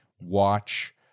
watch